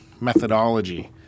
methodology